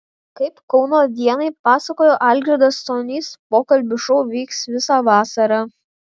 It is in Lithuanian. kaip kauno dienai pasakojo algirdas stonys pokalbių šou vyks visą vasarą